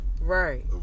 Right